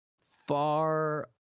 far